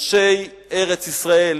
אנשי ארץ-ישראל,